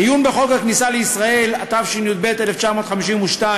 עיון בחוק הכניסה לישראל, התשי"ב 1952,